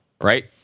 right